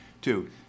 Two